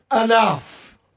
enough